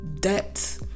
debt